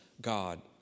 God